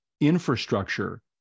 infrastructure